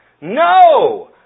No